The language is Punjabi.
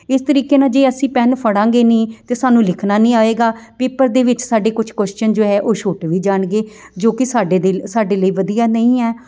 ਇਸ ਤਰੀਕੇ ਨਾਲ ਜੇ ਅਸੀਂ ਪੈੱਨ ਫੜਾਂਗੇ ਨਹੀਂ ਤਾਂ ਸਾਨੂੰ ਲਿਖਣਾ ਨਹੀਂ ਆਏਗਾ ਪੇਪਰ ਦੇ ਵਿੱਚ ਸਾਡੇ ਕੁਛ ਕੁਸ਼ਚਨ ਜੋ ਹੈ ਉਹ ਛੁੱਟ ਵੀ ਜਾਣਗੇ ਜੋ ਕਿ ਸਾਡੇ ਦਿਲ ਸਾਡੇ ਲਈ ਵਧੀਆ ਨਹੀਂ ਹੈ